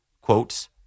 Quotes